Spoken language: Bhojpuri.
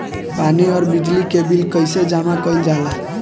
पानी और बिजली के बिल कइसे जमा कइल जाला?